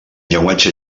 llenguatge